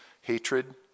Hatred